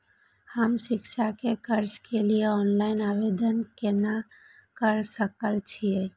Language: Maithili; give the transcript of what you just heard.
हम शिक्षा के कर्जा के लिय ऑनलाइन आवेदन केना कर सकल छियै?